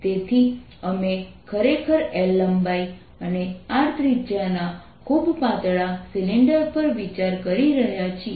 તેથી અમે ખરેખર L લંબાઈ અને R ત્રિજ્યાના ખૂબ પાતળા સિલિન્ડર પર વિચાર કરી રહ્યા છીએ